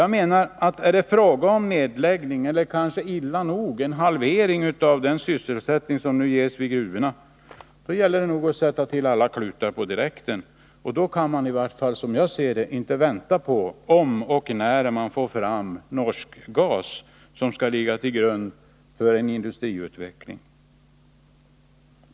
Jag menar att är det fråga om en nedläggning eller kanske — illa nog — en halvering av gruvornas arbetstillfällen, då gäller det att sätta klutar till direkt. Då kan man, i vart fall som jag ser det, inte vänta på om och när man får fram norsk gas, som skall ligga till grund för en industriutveckling.